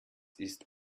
ist